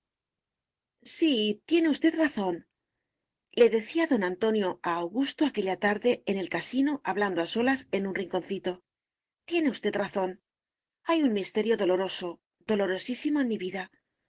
sí tiene usted razónle decía don antonio a augusto aquella tarde en el casino hablando a solas en un rinconcito tiene usted razón hay un misterio doloroso dolorosísimo en mi vida